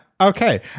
Okay